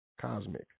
Cosmic